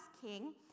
king